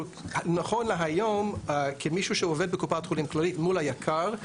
נכון להיום כמישהו שעובד בקופת חולים כללית מול היק"ר,